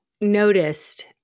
noticed